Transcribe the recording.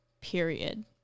period